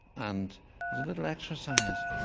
and as a little exercise,